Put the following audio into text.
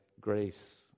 grace